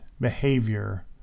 behavior